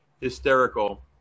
hysterical